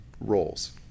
roles